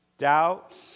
doubt